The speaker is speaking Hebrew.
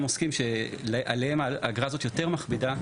עוסקים שעליהם האגרה הזאת יותר מכבידה,